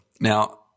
Now